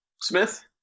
Smith